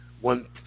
one